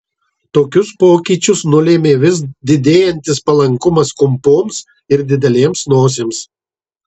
tokius pokyčius nulėmė vis didėjantis palankumas kumpoms ir didelėms nosims